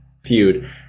feud